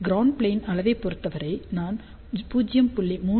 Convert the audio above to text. ground plane அளவை பொருத்தவரை நான் 0